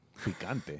Picante